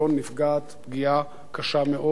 נפגעים פגיעה קשה מאוד.